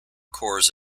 cores